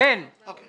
אי